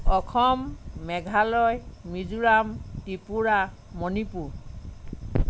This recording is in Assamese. অসম মেঘালয় মিজোৰাম ত্ৰিপুৰা মণিপুৰ